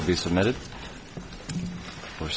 will be submitted for